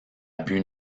but